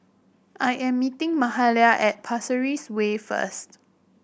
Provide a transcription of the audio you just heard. I am meeting Mahalia at Pasir Ris Way first